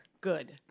Good